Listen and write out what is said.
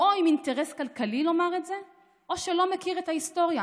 הוא או עם אינטרס כלכלי לומר את זה או שלא מכיר את ההיסטוריה